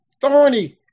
thorny